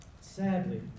sadly